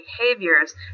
behaviors